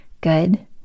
good